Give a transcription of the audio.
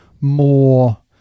more